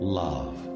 love